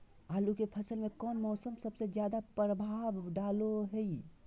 आलू के फसल में कौन मौसम सबसे ज्यादा प्रभाव डालो हय?